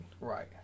Right